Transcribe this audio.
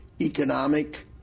economic